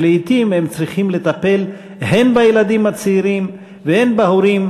שלעתים צריכים לטפל הן בילדים הצעירים והן בהורים,